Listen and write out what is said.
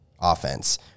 offense